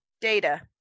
data